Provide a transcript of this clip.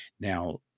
Now